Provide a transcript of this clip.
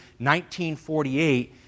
1948